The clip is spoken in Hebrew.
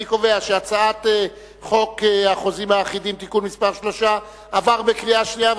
אני קובע שהצעת חוק החוזים האחידים (תיקון מס' 3) עברה בקריאה שנייה.